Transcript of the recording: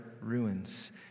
ruins